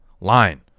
line